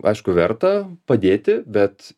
aišku verta padėti bet